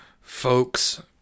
folks